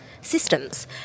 systems